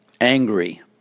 angry